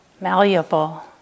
malleable